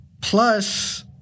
plus